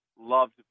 loved